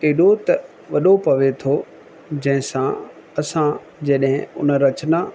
केॾो त वॾो पवे थो जंहिंसां असां जॾहिं उन रचना